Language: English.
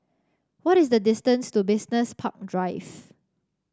what is the distance to Business Park Drive